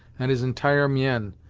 and his entire mien,